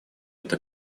эта